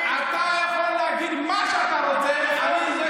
אתה יכול להגיד מה שאתה רוצה, זה נכון.